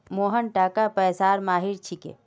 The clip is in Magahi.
मोहन टाका पैसार माहिर छिके